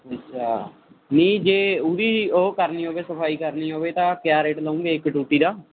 ਅੱਛਾ ਨਹੀਂ ਜੇ ਉਹਦੀ ਉਹ ਕਰਨੀ ਹੋਵੇ ਸਫਾਈ ਕਰਨੀ ਹੋਵੇ ਤਾਂ ਕਿਆ ਰੇਟ ਲਓਂਗੇ ਇੱਕ ਟੂਟੀ ਦਾ